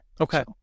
Okay